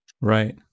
Right